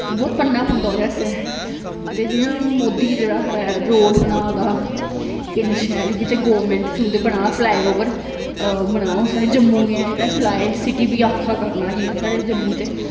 ते बहुत पढ़ना पौंदा ओह्दे आस्तै ते जियां हून मोदी जेह्ड़ा रोड़ बना दा इन्ना शैल ते गौरमेंट थ्रू ते बना दा फ्लईओवर बना हून साढ़े जम्मू गी फ्लाई सिटी बी आक्खा करना ज साढ़े जम्मू ते